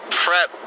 prep